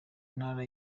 ntara